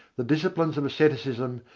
the disciplines of asceticism,